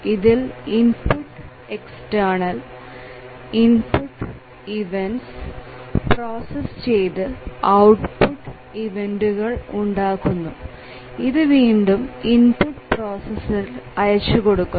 ഇതിൽ input external input events process ചെയ്തു output ഇവെന്റുകൾ ഉണ്ടാക്കുന്നു ഇത് വീണ്ടും ഇൻപുട്ട് പ്രൊസസറിൽ അയച്ചു കൊടുക്കുന്നു